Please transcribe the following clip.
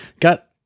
Got